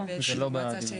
זה לא בדיון.